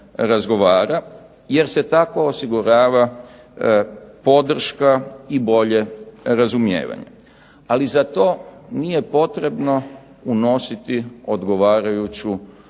jer se tako osigurava podrška i bolje razumijevanje. Ali za to nije potrebno unositi odgovarajuću odredbu